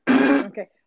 Okay